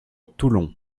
toulon